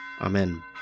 Amen